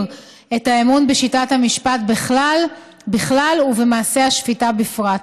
את האמון בשיטת המשפט בכלל ובמעשה השפיטה בפרט.